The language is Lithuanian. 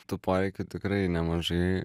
tų poreikių tikrai nemažai